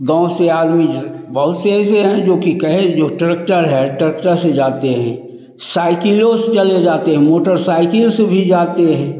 गाँव से आदमी बहुत से ऐसे हैं जो कि कहे जो ट्रॅकटर है ट्रॅकटर से जाते हैं साइकिलों से चले जाते हैं मोटरसाइकिल से भी जाते हैं